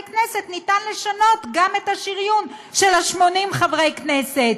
כנסת אפשר לשנות גם את השריון של 80 חברי הכנסת.